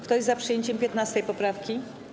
Kto jest za przyjęciem 15. poprawki?